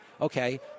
okay